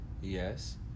yes